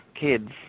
kids